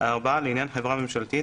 (4)לעניין חברה ממשלתית,